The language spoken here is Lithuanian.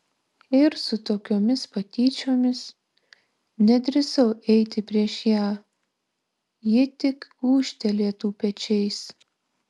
ir su tokiomis patyčiomis nedrįsau eiti prieš ją ji tik gūžtelėtų pečiais